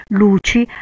luci